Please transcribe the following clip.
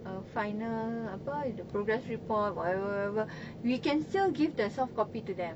uh final apa the progress report whatever whatever we can still give the soft copy to them